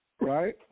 right